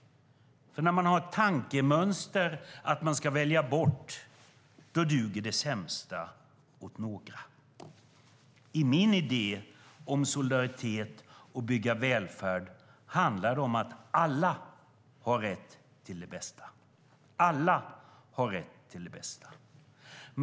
När man har ett tankemönster om att välja bort duger det sämsta åt några. Min idé om solidaritet och välfärdsbygge handlar om att alla har rätt till det bästa.